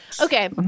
Okay